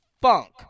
funk